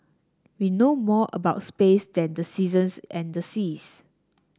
we know more about space than the seasons and the seas